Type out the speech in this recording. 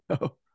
No